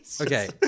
Okay